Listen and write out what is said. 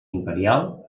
imperial